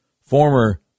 former